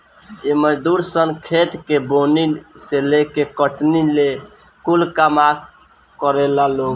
इ मजदूर सन खेत के बोअनी से लेके कटनी ले कूल काम करेला लोग